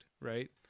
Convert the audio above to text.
right